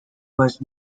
was